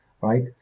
right